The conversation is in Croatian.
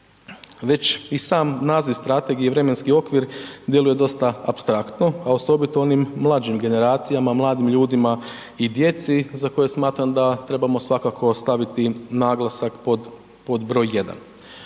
Već i sam naziv strategije i vremenski okvir djeluje dosta apstraktno, a osobito onim mlađim generacijama, mladim ljudima i djeci za koje smatram da trebamo svakako staviti naglasak pod broj 1.